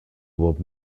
were